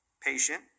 Patient